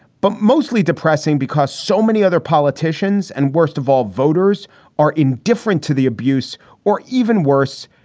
but mostly depressing because so many other politicians and worst of all voters are indifferent to the abuse or even worse,